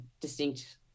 distinct